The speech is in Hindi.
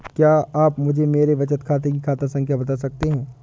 क्या आप मुझे मेरे बचत खाते की खाता संख्या बता सकते हैं?